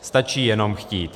Stačí jenom chtít.